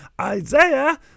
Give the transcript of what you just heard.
isaiah